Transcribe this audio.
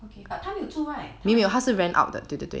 okay but 她没有住 right 他们去